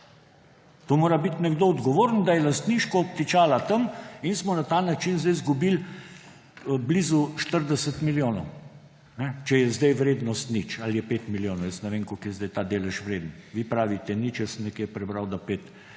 mora biti odgovoren za to, da je lastniško obtičala tam in smo na ta način izgubili blizu 40 milijonov, če je zdaj vrednost nič. Ali je 5 milijonov, jaz ne vem, koliko je zdaj ta delež vreden. Vi pravite nič, jaz sem nekje prebral, da 5 milijonov.